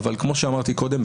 אבל כמו שאמרתי קודם,